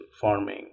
farming